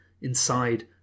Inside